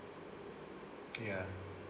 ya